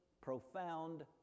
profound